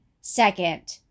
second